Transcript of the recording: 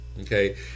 Okay